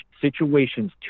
situations